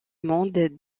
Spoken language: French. monde